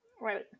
Right